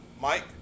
Mike